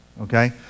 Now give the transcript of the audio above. okay